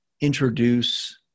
introduce